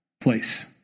place